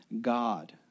God